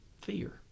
fear